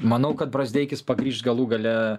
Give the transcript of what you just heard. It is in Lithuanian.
manau kad brazdeikis pagrįš galų gale